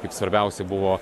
kaip svarbiausia buvo